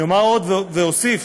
אני אומר עוד, ואוסיף,